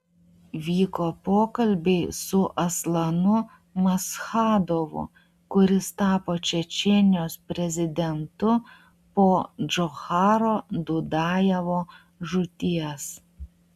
vyko pokalbiai su aslanu maschadovu kuris tapo čečėnijos prezidentu po džocharo dudajevo žūties